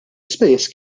ispejjeż